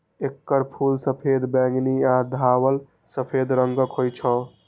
एकर फूल सफेद, बैंगनी आ धवल सफेद रंगक होइ छै